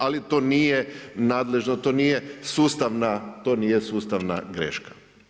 Ali to nije nadležno, to nije sustavna, to nije sustavna greška.